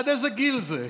עד איזה גיל זה?